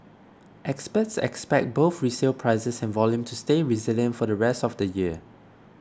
experts expect both resale prices and volume to stay resilient for the rest of the year